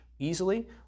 easily